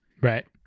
Right